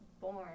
born